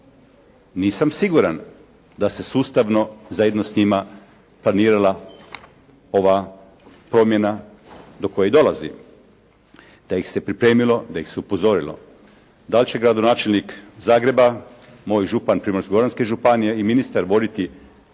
Nisam siguran da se sustavno zajedno s njima planirana ova promjena do koje dolazi, da ih se pripremilo, da ih se upozorilo. Da li će gradonačelnik Zagreba, moj župan Primorsko-goranske županije i ministar voditi